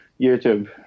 YouTube